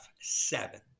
seven